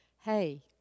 Hey